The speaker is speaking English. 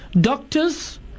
doctors